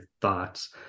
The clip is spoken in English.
thoughts